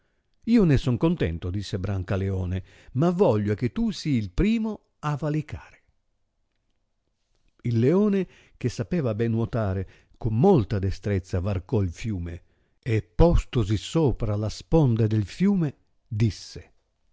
io ne son contento disse brancaleone ma voglio che tu sii il primo a valicare il leone che sapeva ben nuotare con molta destrezza varcò il fiume e postosi sopra la sponda del fiume disse